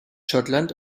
schottland